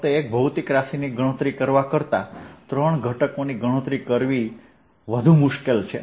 ફક્ત એક ભૌતિક રાશિની ગણતરી કરવા કરતા ત્રણ ઘટકોની ગણતરી કરવી વધુ મુશ્કેલ છે